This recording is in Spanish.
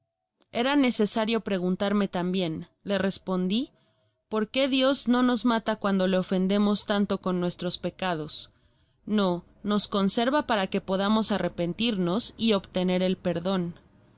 era necesario preguntarme tambien le respondi por qué dios no nos mata cuando le ofendemos tanto con nuestros pecados no nos conserva para que podamos arrepentimos y obtener el perdon